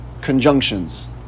conjunctions